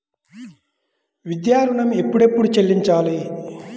విద్యా ఋణం ఎప్పుడెప్పుడు చెల్లించాలి?